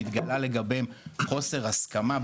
שנתגלה לגביהם חוסר הסכמה,